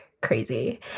crazy